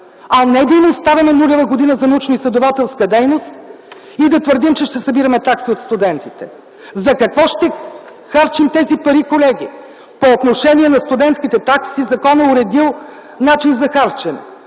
а не да им оставяме нулева година за научноизследователска дейност и да твърдим, че ще събираме такси от студентите. За какво ще харчим тези пари, колеги? По отношение на студентските такси законът е уредил начин за харчене.